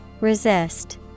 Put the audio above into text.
Resist